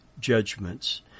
judgments